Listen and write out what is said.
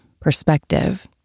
perspective